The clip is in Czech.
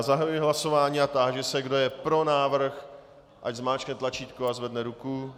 Zahajuji hlasování a táži se, kdo je pro návrh, ať zmáčkne tlačítko a zvedne ruku.